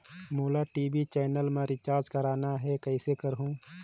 मोला TV channel मा recharge करना हे, कइसे करहुँ?